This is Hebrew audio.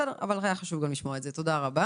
בסדר, אבל היה חשוב גם לשמוע את זה, תודה רבה.